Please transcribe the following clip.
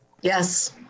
Yes